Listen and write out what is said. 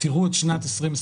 תראו את שנת 2021